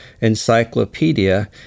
Encyclopedia